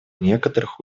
некоторых